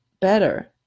better